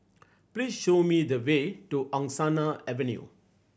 please show me the way to Angsana Avenue